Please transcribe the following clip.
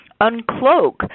uncloak